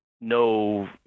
no